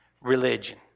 religion